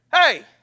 Hey